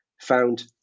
found